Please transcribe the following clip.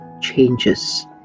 changes